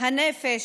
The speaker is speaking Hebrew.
הנפש,